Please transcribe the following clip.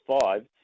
five